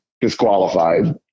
disqualified